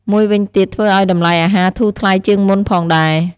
មួយវិញទៀតធ្វើអោយតម្លៃអាហារធូរថ្លៃជាងមុនផងដែរ។